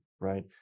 right